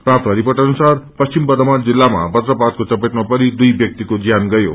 प्राप्त रिपोेट अनुसार पश्चिम वर्द्धमान जिल्लामा बज्रपातको चपेटमा परी दुइ व्याक्तिको ज्यान गयो